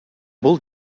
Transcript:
бул